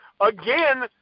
again